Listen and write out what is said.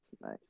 nice